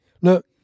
look